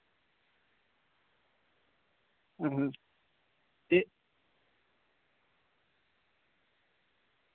ते